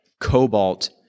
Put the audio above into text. cobalt